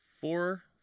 four